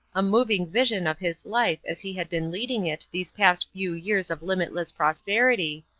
a moving vision of his life as he had been leading it these past few years of limitless prosperity,